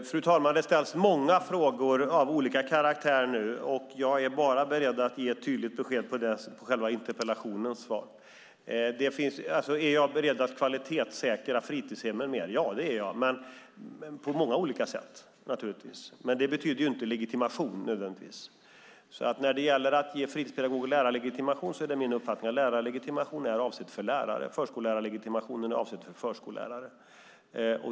Fru talman! Det ställs nu många frågor av olika karaktär. Jag är bara beredd att ge tydligt besked vad gäller själva interpellationen. Är jag beredd att kvalitetssäkra fritidshemmen ytterligare? Ja, det är jag naturligtvis på många olika sätt, men det betyder inte att det nödvändigtvis ska vara legitimation. När det gäller frågan om att ge fritidspedagoger lärarlegitimation är det min uppfattning att lärarlegitimationen är avsedd för lärare. Förskollärarlegitimationen är avsedd för förskollärare.